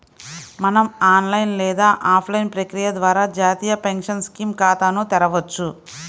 మనం ఆన్లైన్ లేదా ఆఫ్లైన్ ప్రక్రియ ద్వారా జాతీయ పెన్షన్ స్కీమ్ ఖాతాను తెరవొచ్చు